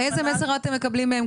איזה מסר אתם מקבלים מהם?